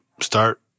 start